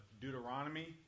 Deuteronomy